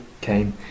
came